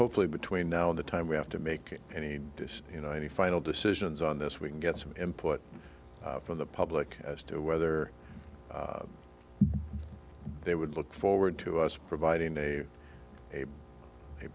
hopefully between now and the time we have to make any decision you know any final decisions on this we can get some input from the public as to whether they would look forward to us providing a a